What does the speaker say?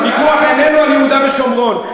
הוויכוח איננו על יהודה ושומרון.